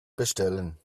bestellen